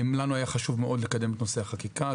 לנו היה חשוב מאוד לקדם את נושא החקיקה,